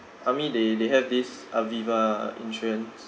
army they they have this aviva insurance